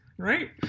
right